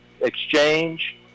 exchange